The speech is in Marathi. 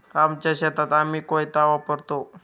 आमच्या शेतात आम्ही कोयता वापरतो